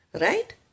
Right